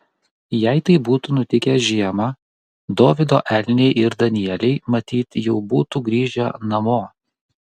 jei tai būtų nutikę žiemą dovydo elniai ir danieliai matyt jau būtų grįžę namo